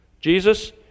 Jesus